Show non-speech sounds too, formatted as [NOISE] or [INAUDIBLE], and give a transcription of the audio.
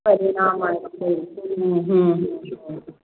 परिणाम [UNINTELLIGIBLE]